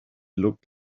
looked